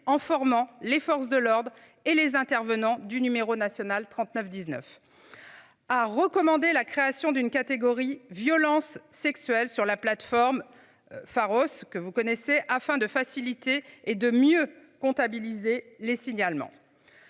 en formant les forces de l'ordre et les intervenants du numéro national 39 19. A recommandé la création d'une catégorie violences sexuelles sur la plateforme. Pharos que vous connaissez, afin de faciliter et de mieux comptabiliser les signalements.